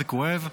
זה כואב,